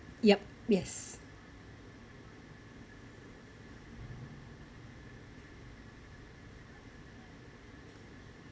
yup yes